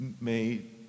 made